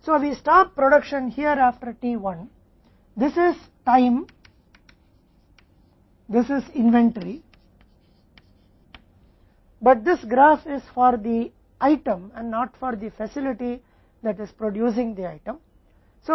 इसलिए हम t 1 के बाद यहां उत्पादन बंद कर देते हैं यह समय है यह इन्वेंट्री है लेकिन यह ग्राफ आइटम के लिए है न कि उस सुविधा के लिए जो आइटम का उत्पादन कर रही है